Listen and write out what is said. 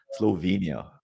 Slovenia